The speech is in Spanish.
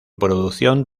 producción